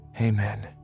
Amen